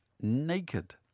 naked